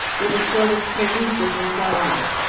with a sort of collegiate endowment.